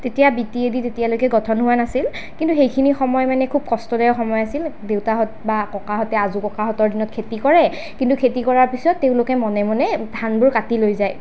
তেতিয়া B T A D তেতিয়ালৈকে গঠন হোৱা নাছিল কিন্তু সেইখিনি সময় মানে খুব কষ্টদায়ক সময় আছিল দেউতাহঁত বা ককাহঁত আজুককাহঁতৰ দিনত খেতি কৰে কিন্তু খেতি কৰাৰ পিছত তেওঁলোকে মনে মনে ধানবোৰ কাটি লৈ যায়